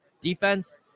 defense